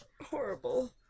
horrible